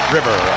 River